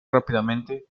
rápidamente